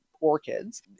orchids